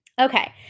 Okay